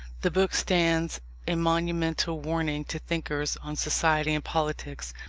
the book stands a monumental warning to thinkers on society and politics,